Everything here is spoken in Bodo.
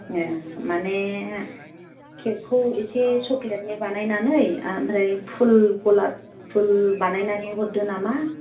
माने केकखौ एसे चक्लेटनि बानायनानै ओमफ्राय फुल गलाब फुल बानायनानै हरदो नामा